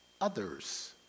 others